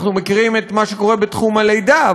אנחנו מכירים את מה שקורה בתחום הלידה,